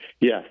Yes